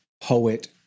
poet